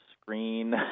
screen